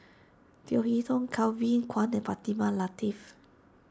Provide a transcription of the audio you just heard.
Leo Hee Tong Kelvin Kwan and Fatimah Lateef